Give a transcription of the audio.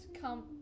come